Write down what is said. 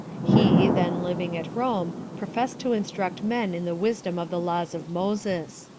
he, then living at rome, professed to instruct men in the wisdom of the laws of moses.